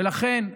ולכן,